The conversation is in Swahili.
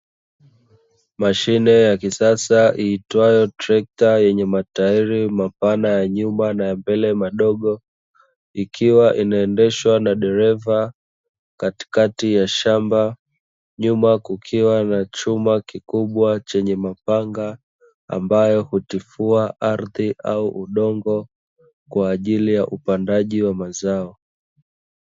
Mashine ya kisasa iitwayo trekta yenye matairi mapana ya nyumba na ya mbele madogo ikiwa inaendeshwa na dereva katikati ya shamba nyuma kukiwa na chuma kikubwa chenye mapanga ambayo hutifua ardhi au udongo kwa ajili ya upandaji wa mazao